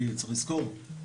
כי צריך לזכור,